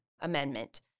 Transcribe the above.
Amendment